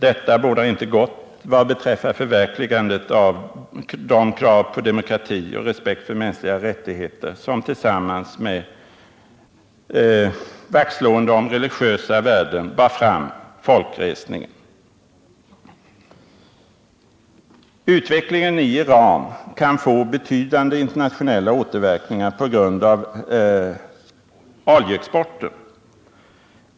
Detta bådar inte gott för förverkligandet av de krav på demokrati och respekt för mänskliga rättigheter som tillsammans med vaktslående om religiösa värden bar fram folkresningen. Utvecklingen i Iran kan få betydande internationella återverkningar på grund av oljeexporten.